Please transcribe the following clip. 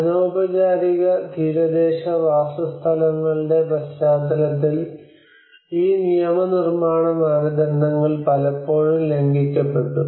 അനൌപചാരിക തീരദേശ വാസസ്ഥലങ്ങളുടെ പശ്ചാത്തലത്തിൽ ഈ നിയമനിർമ്മാണ മാനദണ്ഡങ്ങൾ പലപ്പോഴും ലംഘിക്കപ്പെട്ടു